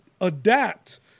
adapt